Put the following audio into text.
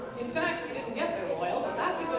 in fact we didn't get their oil but